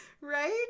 Right